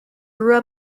grew